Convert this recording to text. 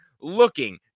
looking